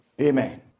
Amen